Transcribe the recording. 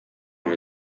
and